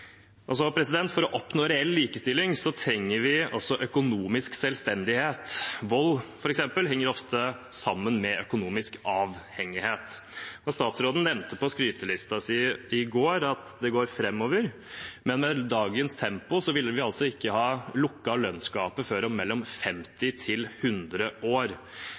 For å oppnå reell likestilling trenger vi også økonomisk selvstendighet. Vold, f.eks., henger ofte sammen med økonomisk avhengighet. Statsråden nevnte på skrytelisten sin i går at det går framover, men med dagens tempo vil vi altså ikke ha lukket lønnsgapet før om mellom 50 og 100 år.